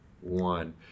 one